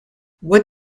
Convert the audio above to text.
what